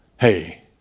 hey